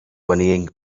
whinnying